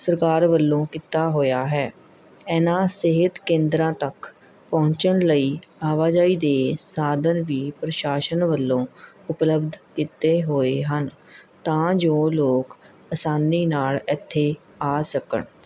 ਸਰਕਾਰ ਵੱਲੋਂ ਕੀਤਾ ਹੋਇਆ ਹੈ ਇਹਨਾਂ ਸਿਹਤ ਕੇਂਦਰਾਂ ਤੱਕ ਪਹੁੰਚਣ ਲਈ ਆਵਾਜਾਈ ਦੇ ਸਾਧਨ ਵੀ ਪ੍ਰਸ਼ਾਸ਼ਨ ਵੱਲੋਂ ਉਪਲਬਧ ਕੀਤੇ ਹੋਏ ਹਨ ਤਾਂ ਜੋ ਲੋਕ ਅਸਾਨੀ ਨਾਲ਼ ਇੱਥੇ ਆ ਸਕਣ